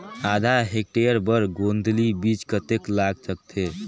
आधा हेक्टेयर बर गोंदली बीच कतेक लाग सकथे?